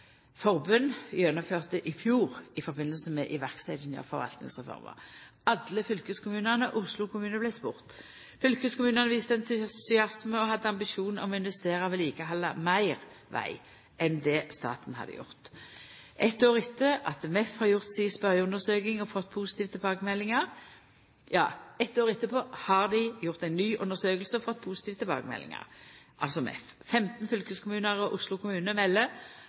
– gjennomførte i fjor i samband med iverksetjinga av Forvaltningsreforma. Alle fylkeskommunane og Oslo kommune vart spurde. Fylkeskommunane viste entusiasme og hadde ambisjon om å investera og vedlikehalda meir veg enn det staten hadde gjort. Eit år etter har MEF gjort ei ny spørjeundersøking og fått positive tilbakemeldingar. 15 fylkeskommunar og Oslo kommune